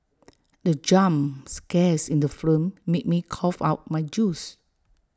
the jump scares in the film made me cough out my juice